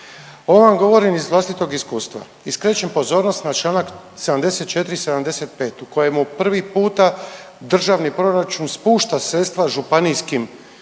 Ovo vam govorim iz vlastitog iskustva i skrećem pozornost na čl. 74 i 75 u kojemu pravi puta državni proračun spušta sredstva županijskim